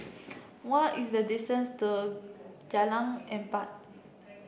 what is the distance to Jalan Empat